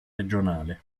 regionale